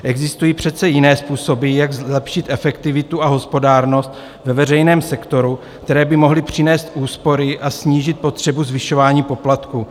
Existují přece jiné způsoby, jak zlepšit efektivitu a hospodárnost ve veřejném sektoru, které by mohly přinést úspory a snížit potřebu zvyšování poplatků.